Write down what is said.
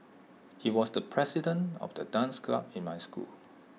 he was the president of the dance club in my school